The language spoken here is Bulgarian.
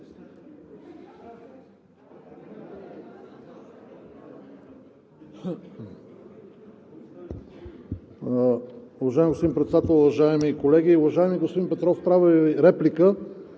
Уважаеми господин Петров, правя Ви реплика